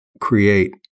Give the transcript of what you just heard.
create